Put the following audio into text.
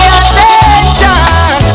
attention